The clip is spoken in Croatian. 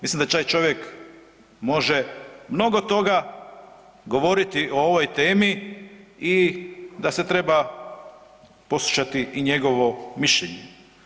Mislim da taj čovjek može mnogo toga govoriti o ovoj temi i da se treba poslušati i njegovo mišljenje.